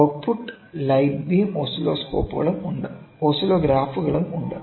out puttu light beam ഓസിലോഗ്രാഫുകളും ഉണ്ട്